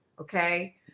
Okay